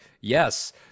yes